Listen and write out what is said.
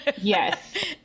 yes